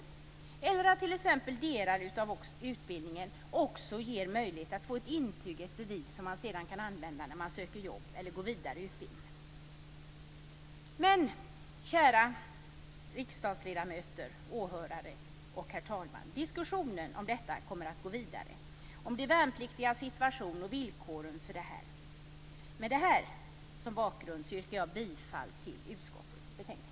Delar av utbildningen kan t.ex. också ge möjlighet att få ett intyg eller bevis som man sedan kan använda när man söker jobb eller går vidare i utbildningen. Kära riksdagsledamöter! Åhörare! Herr talman! Diskussionen om de värnpliktigas situation och om villkoren kommer att gå vidare. Med det här som bakgrund yrkar jag bifall till hemställan i utskottets betänkande.